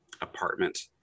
apartment